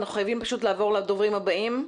אנחנו חייבים לעבור לדוברים הבאים.